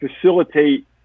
facilitate